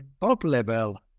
top-level